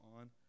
on